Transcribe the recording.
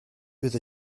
bydd